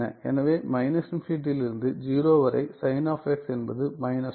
எனவே ∞ லிருந்து 0 வரை சைன் ஆப் x என்பது மைனஸ் 1